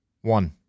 One